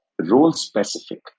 role-specific